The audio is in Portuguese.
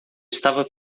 estava